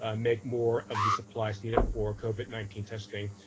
ah make more of the supplies needed for covid nineteen testing.